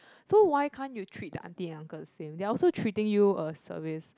so why can't you treat the aunty and uncle the same they are also treating you a service